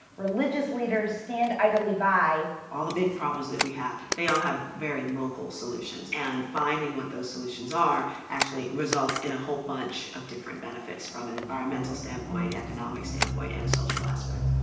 religious leaders, stand idly by. all the big problems that we have, they all have very local solutions and finding what those solutions are actually results in a whole bunch of different benefits from an environmental standpoint, economic standpoint and social aspect.